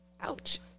ouch